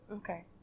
okay